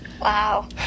Wow